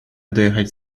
dojechać